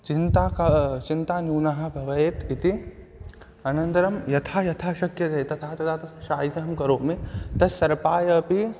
चिन्ता का चिन्ता न्यूना भवेत् इति अनन्तरं यथा यथा शक्यते तथा तथा तत् शयितं करोमि तत् सर्पाय अपि